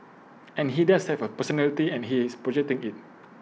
and he does have A personality and he is projecting IT